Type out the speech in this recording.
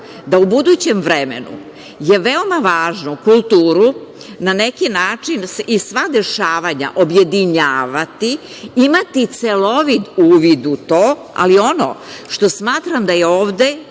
da u budućem vremenu je veoma važno kulturu na neki način i sva dešavanja objedinjavati, imati celovit uvid u to, ali ono što smatram da je ovde